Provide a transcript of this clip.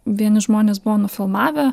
vieni žmonės buvo nufilmavę